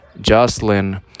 Jocelyn